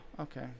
okay